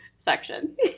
Section